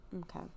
Okay